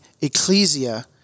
ecclesia